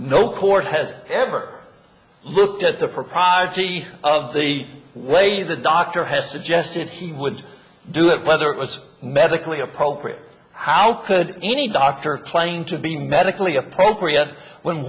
no court has ever looked at the propriety of the way the doctor has suggested he would do it whether it was medically appropriate how could any doctor claim to be medically appropriate when